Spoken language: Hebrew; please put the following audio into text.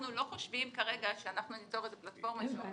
אנחנו לא חושבים כרגע שאנחנו ניצור פלטפורמה שאומרת,